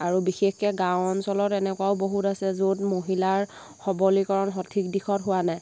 আৰু বিশেষকৈ গাওঁ অঞ্চলত এনেকুৱাও বহুত আছে য'ত মহিলাৰ সবলীকৰণ সঠিক দিশত হোৱা নাই